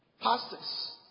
pastors